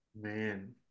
Man